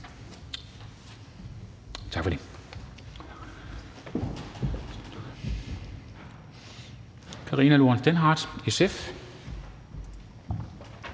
Tak for